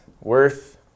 worth